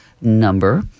number